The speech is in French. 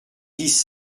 dix